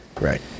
Right